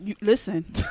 listen